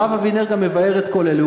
הרב אבינר גם מבאר את כל אלה,